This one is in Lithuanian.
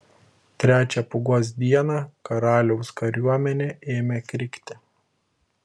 trečią pūgos dieną karaliaus kariuomenė ėmė krikti